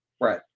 right